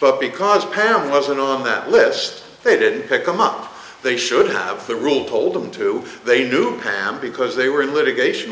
but because pam wasn't on that list they didn't pick them up they should have the rule told them to they knew them because they were in litigation